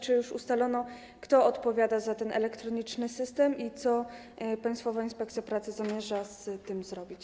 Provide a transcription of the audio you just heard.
Czy już ustalono, kto odpowiada za ten elektroniczny system i co Państwowa Inspekcja Pracy zamierza z tym zrobić?